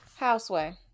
Houseway